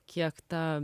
kiek ta